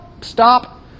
stop